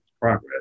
progress